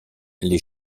les